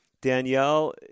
Danielle